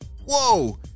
Whoa